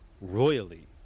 royally